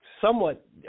somewhat